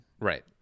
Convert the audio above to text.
Right